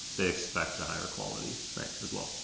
they expect a higher quality as well.